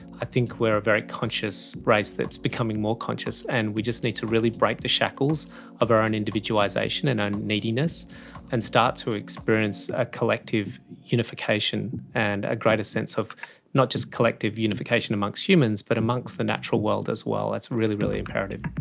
i think we are very conscious race that is becoming more conscious, and we just need to really break the shackles of our own individualisation and and neediness and start to experience a collective unification and a greater sense of not just collective unification amongst humans but amongst the natural world as well, that's really, really imperative.